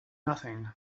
nothing